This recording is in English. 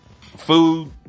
Food